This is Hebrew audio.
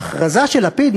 ההכרזה של לפיד,